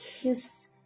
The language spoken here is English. kiss